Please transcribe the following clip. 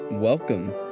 Welcome